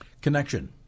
Connection